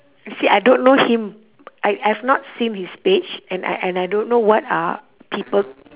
I said I don't know him I I've not seen his page and I I and I don't know what are people